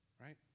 Right